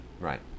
Right